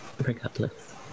regardless